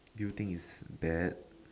do you think is bad